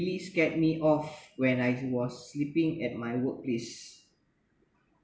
really scared me off when I was sleeping at my workplace